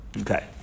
Okay